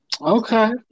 Okay